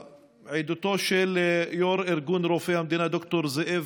ועדותו של יו"ר ארגון הרופאים עובדי המדינה ד"ר זאב